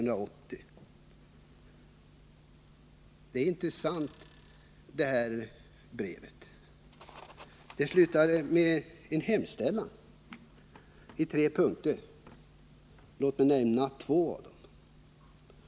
Det är ett intressant brev, som slutar med en hemställan i tre punkter. Låt mig nämna två av dem.